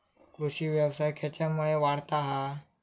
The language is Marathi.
कृषीव्यवसाय खेच्यामुळे वाढता हा?